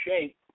shape